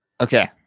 Okay